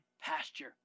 pasture